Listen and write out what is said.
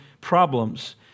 problems